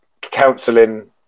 counseling